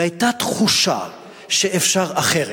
והיתה תחושה שאפשר אחרת.